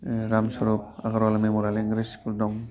Ramsarag Agarwala memorial English school दं